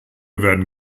werden